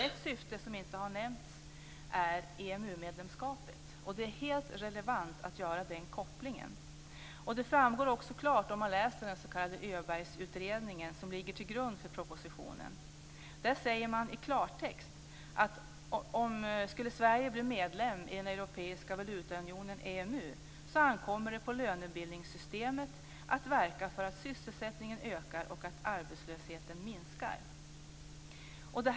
Ett syfte som inte har nämnts är EMU medlemskapet. Det är helt relevant att göra den kopplingen. Det framgår också klart om man läser den s.k. Öbergutredningen, som ligger till grund för propositionen. Där sägs det i klartext att det ankommer på lönebildningssystemet att verka för att sysselsättningen ska öka och arbetslösheten ska minska om Sverige skulle bli medlem i den europeiska valutaunionen EMU.